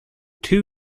two